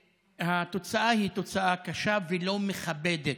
והתוצאה היא תוצאה קשה ולא מכבדת.